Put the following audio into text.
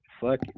Fuck